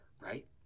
right